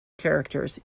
characters